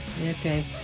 okay